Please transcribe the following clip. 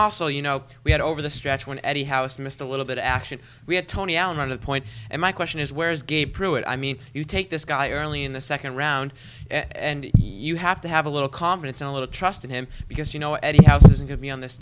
also you know we had over the stretch when eddie house missed a little bit of action we had tony allen on that point and my question is where is gay pruitt i mean you take this guy early in the second round and you have to have a little confidence and a little trust in him because you know eddie house isn't going to be on this